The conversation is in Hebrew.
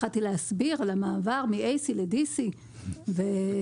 התחלתי להסביר על המעבר מ-AC ל-DC וכו'.